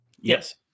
Yes